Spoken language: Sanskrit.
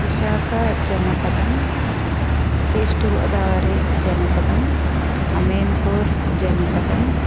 विशाकजनपदम् ईष्ट् गोदावरी जनपदम् अमेन्पुर् जनपदं